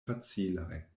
facilaj